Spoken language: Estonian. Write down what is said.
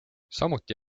samuti